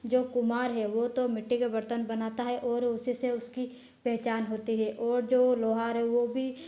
जो कुम्हार है वो तो मिट्टी के बर्तन बनाता है और उसी से उसकी पहचान होती है और जो लोहार है वो भी